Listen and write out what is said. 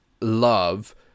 love